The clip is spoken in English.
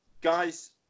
Guys